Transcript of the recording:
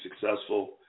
successful